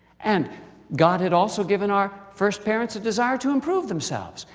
and god had also given our first parents a desire to improve themselves.